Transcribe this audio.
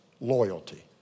loyalty